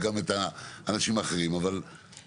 משרד המשפטים, תומר,